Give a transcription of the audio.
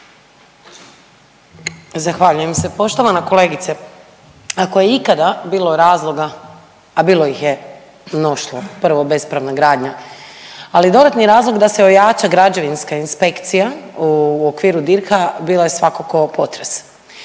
Zahvaljujem se. Poštovana kolegice, ako je ikada bilo razloga a bilo ih je mnoštvo, prvo, bespravna gradnja. Ali dodatni razlog da se ojača građevinska inspekcija u okviru DIRH-a bila je svakako potres.